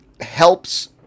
helps